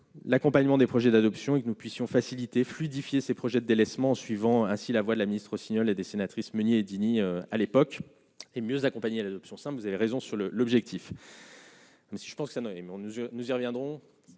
l'accompagnement des projets d'adoption et que nous puissions facilité fluidifié ses projets délaissement, suivant ainsi la voie de la ministre signale des sénatrices Meunier Diniz à l'époque et mieux accompagner l'adoption ça vous avez raison sur le l'objectif. Je pense